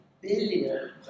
billion